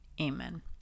Amen